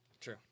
True